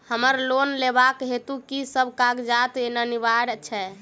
हमरा लोन लेबाक हेतु की सब कागजात अनिवार्य छैक?